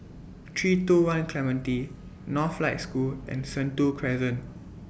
three two one Clementi Northlight School and Sentul Crescent